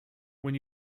when